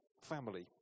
family